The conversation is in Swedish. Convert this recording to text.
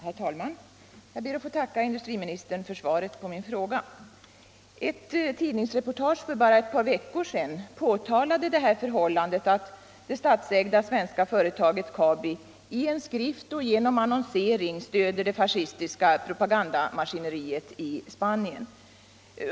Herr talman! Jag ber att få tacka industriministern för svaret på min fråga. I ett tidningsreportage för bara ett par veckor sedan påtalades det förhållandet att det statsägda svenska företaget Kabi i en skrift och genom annonsering stöder det fascistiska propagandamaskineriet i Spanien.